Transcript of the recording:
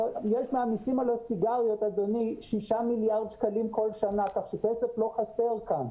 מעמיסים על הסיגריות 6 מיליארד שקלים בכל שנה כך שכסף לא חסר כאן.